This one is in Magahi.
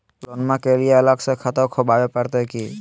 लोनमा के लिए अलग से खाता खुवाबे प्रतय की?